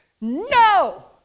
no